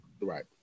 Right